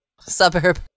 suburb